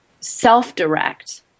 Self-direct